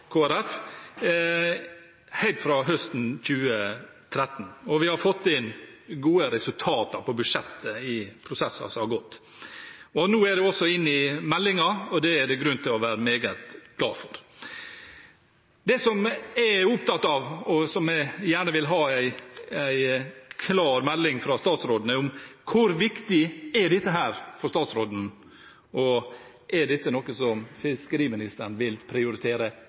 fra høsten 2013. Og vi har fått inn gode resultater på budsjettet i prosesser som har gått. Nå er det også inne i meldingen, og det er det grunn til å være meget glad for. Det som jeg er opptatt av, og som jeg gjerne vil ha en klar melding fra statsråden om, er: Hvor viktig er dette for statsråden, og er dette noe som fiskeriministeren vil prioritere